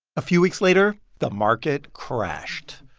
a few weeks later, the market crashed.